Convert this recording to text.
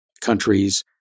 countries